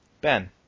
Ben